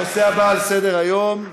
סליחה, נגד.